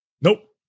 Nope